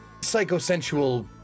psychosensual